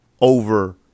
over